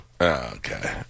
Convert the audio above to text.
okay